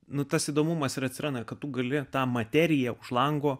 nu tas įdomumas ir atsiranda kad gali tą materiją už lango